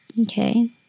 Okay